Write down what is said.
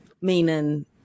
Meaning